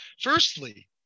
Firstly